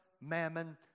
Mammon